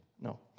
no